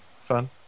fun